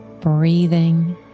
Breathing